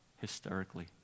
hysterically